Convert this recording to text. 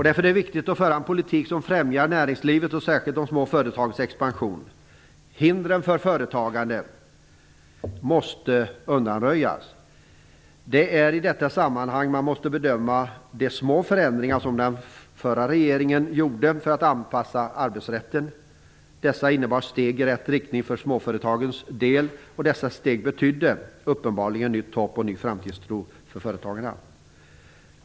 Därför är det viktigt att föra en politik som främjar näringslivets och särskilt de små företagens expansion. Hindren för företagande måste undanröjas. Det är i detta sammanhang man måste bedöma de små förändringar som den förra regeringen gjorde för att anpassa arbetsrätten. Dessa innebar steg i rätt riktning för småföretagens del. Dessa steg betydde uppenbarligen nytt hopp och ny framtidstro för företagarna.